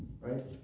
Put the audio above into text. right